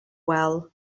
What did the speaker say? well